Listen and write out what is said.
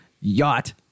yacht